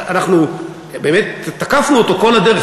שאנחנו באמת תקפנו אותו כל הדרך,